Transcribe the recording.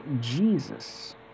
Jesus